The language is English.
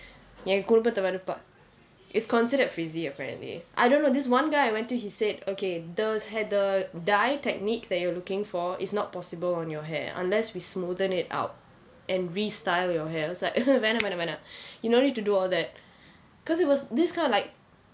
என் குடும்பத்தை வெறுப்பா:en kudumbathai veruppaa is considered frizzy apparently I don't know this one guy I went to he said okay those hair the dye technique that you are looking for is not possible on your hair unless we smoothen it out and re-style your hair I was like வேண்டாம் வேண்டாம் வேண்டாம் வேண்டாம்:vaendam vaendam vaendam vaendam you don't need to do all that because it was this kind of like